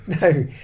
no